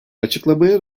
açıklamaya